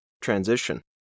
transition